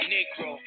Negro